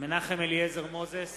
מנחם אליעזר מוזס,